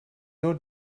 your